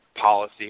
policy